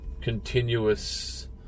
continuous